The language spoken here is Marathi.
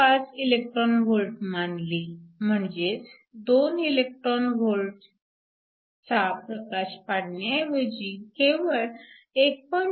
5 eV मानली म्हणजेच 2eV चा प्रकाश पाडण्याऐवजी केवळ 1